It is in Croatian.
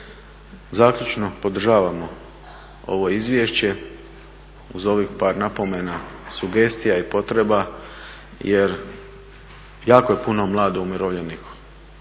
Zaključno, podržavamo ovo izvješće uz ovih par napomena, sugestija i potreba jer jako je puno mlado umirovljenih